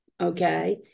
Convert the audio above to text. okay